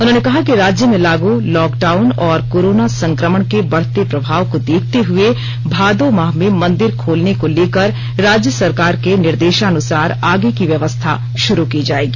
उन्होंने कहा कि राज्य में लागू लॉकडाउन और कोरोना संक्रमण के बढ़ते प्रभाव को देखते हुए भादो माह में मंदिर खोलने को लेकर राज्य सरकार के निर्देशानुसार आगे की व्यवस्था शुरू की जाएगी